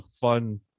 fun